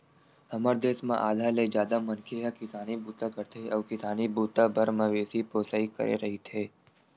हमर देस म आधा ले जादा मनखे ह किसानी बूता करथे अउ किसानी बूता बर मवेशी पोसई करे रहिथे